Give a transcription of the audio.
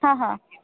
ಹಾಂ ಹಾಂ